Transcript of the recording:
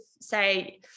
say